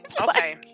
Okay